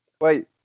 Wait